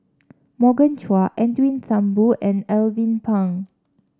Morgan Chua Edwin Thumboo and Alvin Pang